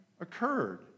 occurred